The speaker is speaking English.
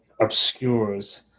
obscures